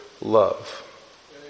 love